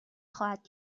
خواهد